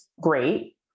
great